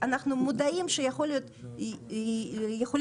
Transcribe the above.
אנחנו מודעים שיכולות להיות יותר טעויות